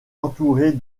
entourée